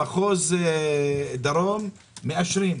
במחוז דרום מאשרים.